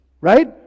right